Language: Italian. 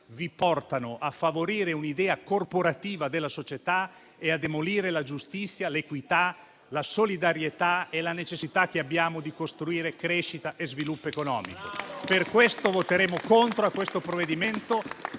vi portano a favorire un'idea corporativa della società e a demolire la giustizia, l'equità, la solidarietà e la necessità che abbiamo di costruire crescita e sviluppo economico. Per questo voteremo contro il provvedimento